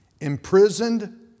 imprisoned